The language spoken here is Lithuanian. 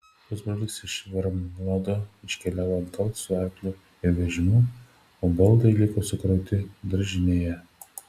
pusbrolis iš vermlando iškeliavo atgal su arkliu ir vežimu o baldai liko sukrauti daržinėje